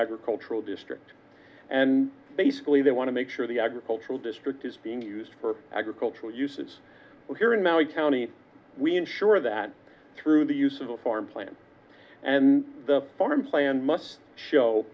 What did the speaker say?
agricultural district and basically they want to make sure the agricultural district is being used for agricultural uses here in maui county we ensure that through the use of a farm plant and the farm plan must show